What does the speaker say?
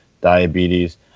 diabetes